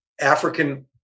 African